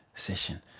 session